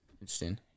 Interesting